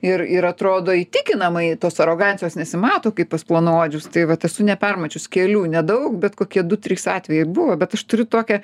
ir ir atrodo įtikinamai tos arogancijos nesimato kaip pas plonaodžius tai vat esu ne per mačius kelių nedaug bet kokie du trys atvejai buvo bet aš turiu tokią